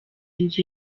inzu